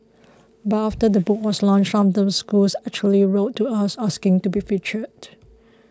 but after the book was launched some of the schools actually wrote to us asking to be featured